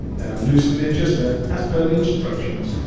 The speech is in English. then i loosened the adjuster as per the instructions.